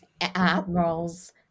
admirals